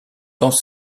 dans